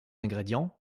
ingrédients